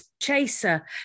chaser